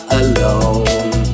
alone